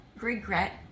regret